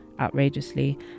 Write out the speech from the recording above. outrageously